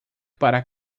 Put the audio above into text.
para